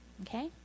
okay